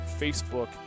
Facebook